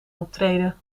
optreden